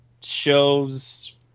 shows